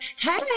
hey